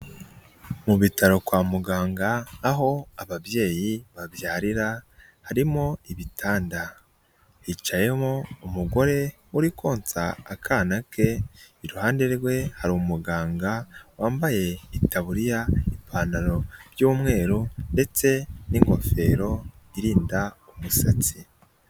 Mu bitaro kwa muganga aho ababyeyi babyarira, harimo ibitanda. Hicayemo umugore uri konsa akana ke, iruhande rwe hari umuganga wambaye itaburiya n'ipantaro by'umweru ndetse n'ingofero irinda imisatsi.